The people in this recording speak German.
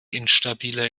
instabiler